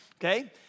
Okay